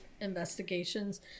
investigations